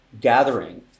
gathering